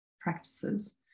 practices